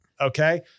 Okay